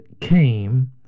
came